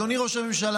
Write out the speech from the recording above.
אדוני ראש הממשלה,